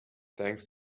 thanks